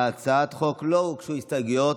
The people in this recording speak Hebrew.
להצעת החוק לא הוגשו הסתייגויות,